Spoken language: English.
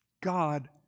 God